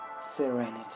serenity